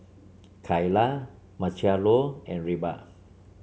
Kaila Marcelo and Reba